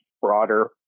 broader